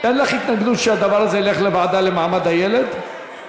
אין לך התנגדות שהדבר הזה ילך לוועדה למעמד האישה,